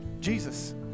Jesus